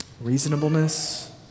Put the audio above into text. reasonableness